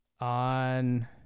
On